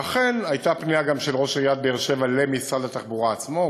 ואכן הייתה פנייה גם של ראש עיריית באר-שבע למשרד התחבורה עצמו.